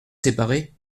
séparés